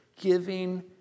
giving